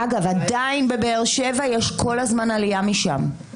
אגב, עדיין בבאר שבע יש כל הזמן עליה משם.